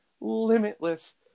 limitless